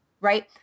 Right